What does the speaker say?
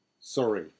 Sorry